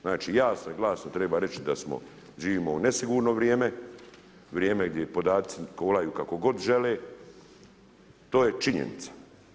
Znači jasno i glasno treba reći da živimo u nesigurno vrijeme, vrijeme gdje podaci kolaju kako god žele, to je činjenica.